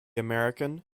american